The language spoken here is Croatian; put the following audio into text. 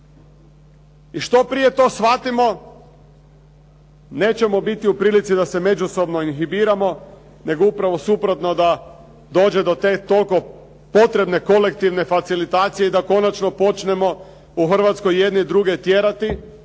I što prije to shvatimo, nećemo biti u prilici da se međusobno inhibiramo, nego upravo suprotno, da dođe do te toliko potrebne kolektivne facilitacije i da konačno počnemo u Hrvatskoj jedni druge tjerati.